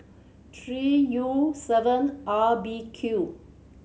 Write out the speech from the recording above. three U seven R B Q